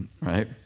Right